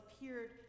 appeared